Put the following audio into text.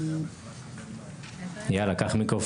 הדבר האחרון הוא תמיכה